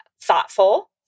thoughtful